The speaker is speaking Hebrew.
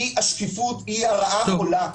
אי השקפות היא הרעה החולה,